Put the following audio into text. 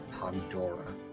Pandora